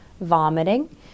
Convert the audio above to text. vomiting